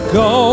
go